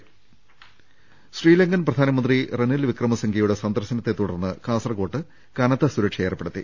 രുമ്പ്പെട്ടിര ശ്രീലങ്കൻ പ്രധാനമന്ത്രി റെനിൽ വിക്രമസിംഗെയുടെ സന്ദർശനത്തെ തുടർന്ന് കാസർകോട്ട് കനത്ത സുരക്ഷ ഏർപ്പെടുത്തി